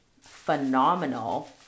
phenomenal